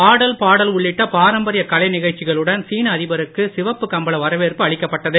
ஆடல் பாடல் உள்ளிட்ட பாரம்பரிய கலை நிகழ்ச்சிகளுடன் சீன அதிபருக்கு சிவப்பு கம்பள வரவேற்று அளிக்கப் பட்டது